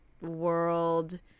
world